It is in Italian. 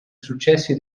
successi